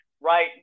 right